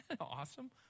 Awesome